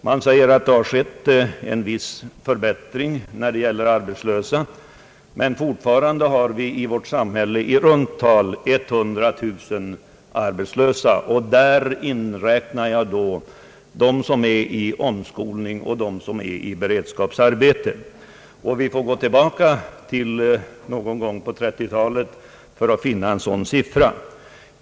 Man säger att det skett en viss förbättring när det gäller arbetslösheten, men fortfarande har vi i vårt samhälle i runt tal 100 000 arbetslösa, och i den siffran inräknar jag då dem som är under omskolning och dem som befinner sig i beredskapsarbete. Vi får gå tillbaka till någon gång på 1930-talet för att finna motsvarande siffror.